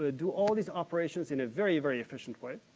ah do all these operations in a very, very efficient way,